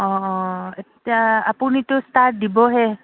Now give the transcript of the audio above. অঁ অঁ এতিয়া আপুনিতো ষ্টাৰ্ট দিবহে